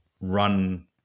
run